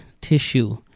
tissue